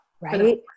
Right